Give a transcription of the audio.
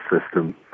system